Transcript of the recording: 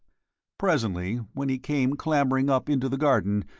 presently, when he came clambering up into the garden,